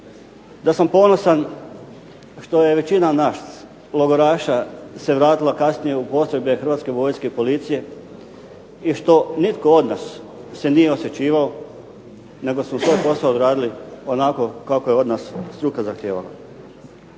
da sam ponosan što je većina nas logoraša se vratila kasnije u postrojbe hrvatske vojske i policije i što nitko od nas se nije osvećivao nego smo svoj posao odradili onako kako je od nas struka zahtijevala.